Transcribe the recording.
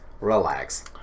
Relax